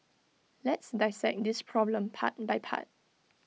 let's dissect this problem part by part